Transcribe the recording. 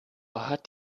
hat